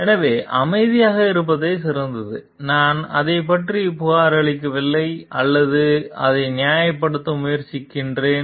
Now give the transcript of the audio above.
எனவே அமைதியாக இருப்பதே சிறந்தது நான் அதைப் பற்றி புகாரளிக்கவில்லை அல்லது அதை நியாயப்படுத்த முயற்சிக்கிறேன்